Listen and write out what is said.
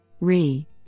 Re